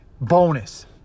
bonus